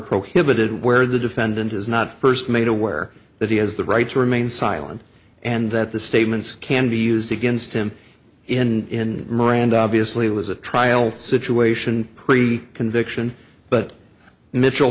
prohibited where the defendant is not first made aware that he has the right to remain silent and that the statements can be used against him in miranda obviously it was a trial situation pre conviction but mitchell